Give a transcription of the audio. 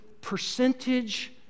percentage